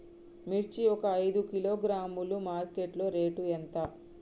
మిర్చి ఒక ఐదు కిలోగ్రాముల మార్కెట్ లో రేటు ఎంత?